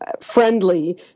friendly